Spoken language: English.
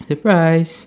surprise